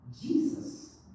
Jesus